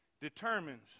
determines